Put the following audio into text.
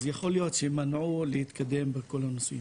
אז יכול להיות שמנעו להתקדם בכל הנושא.